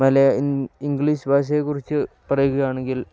English ഭാഷയെക്കുറിച്ച് പറയുകയാണെങ്കിൽ